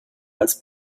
als